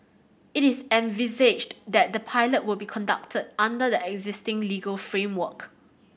it is envisaged that the pilot will be conducted under the existing legal framework